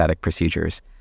procedures